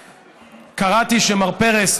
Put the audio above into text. קראתי שמר פרס,